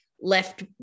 left